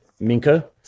Minka